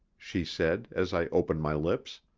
she said, as i opened my lips.